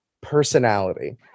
personality